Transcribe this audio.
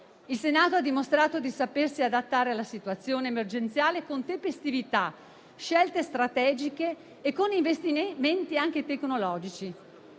Il Senato ha dimostrato di sapersi adattare alla situazione emergenziale con tempestività, scelte strategiche e con investimenti anche tecnologici.